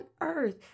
earth